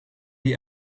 die